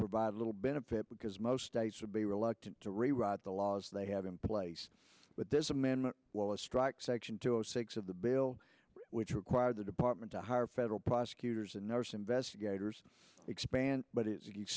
provide little benefit because most states would be reluctant to rewrite the laws they have in place but this amendment well it strikes section two zero six of the bill which require the department to hire federal prosecutors and nurse investigators expand but it